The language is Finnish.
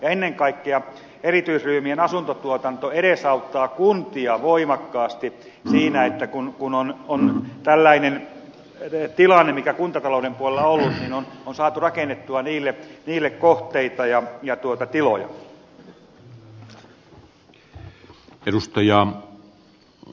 ennen kaikkea erityisryhmien asuntotuotanto edesauttaa kuntia voimakkaasti siinä että kun on tällainen tilanne mikä kuntatalouden puolella on ollut niin on saatu rakennettua niille kohteita ja tiloja